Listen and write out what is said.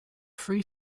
three